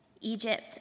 Egypt